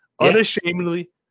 Unashamedly